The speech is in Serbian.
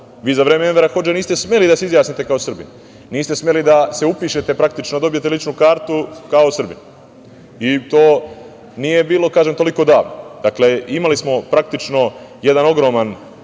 vi za vreme Emira Hodže niste smeli da se izjasnite kao Srbin. Niste smeli da se upišete praktično, da dobijete ličnu kartu kao Srbin i to nije bilo, kažem, toliko davno. Dakle, imali smo praktično jedan ogroman